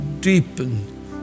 deepen